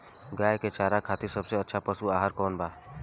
गाय के चारा खातिर सबसे अच्छा पशु आहार कौन बा?